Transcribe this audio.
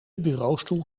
bureaustoel